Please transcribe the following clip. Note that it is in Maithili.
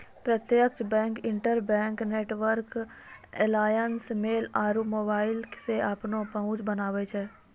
प्रत्यक्ष bank, interbank network alliance, mail आरु मोबाइलो से अपनो पहुंच बनाबै छै